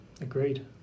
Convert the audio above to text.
Agreed